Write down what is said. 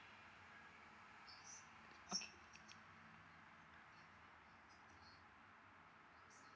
okay